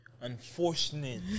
unfortunate